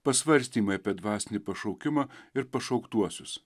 pasvarstymai apie dvasinį pašaukimą ir pašauktuosius